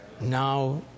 now